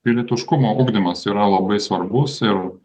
pilietiškumo ugdymas yra labai svarbus ir